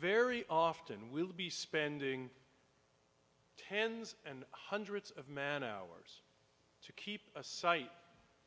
very often we'll be spending tens and hundreds of man hours to keep a site